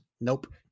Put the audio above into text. Nope